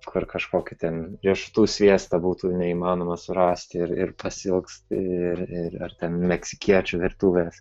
kur kažkokį ten riešutų sviestą būtų neįmanoma surasti ir pasiilgsti ir ir ten meksikiečių virtuvės